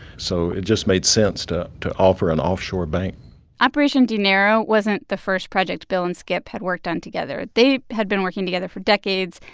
so it just made sense to to offer an offshore bank operation dinero wasn't the first project bill and skip had worked on together. together. they had been working together for decades.